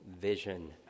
vision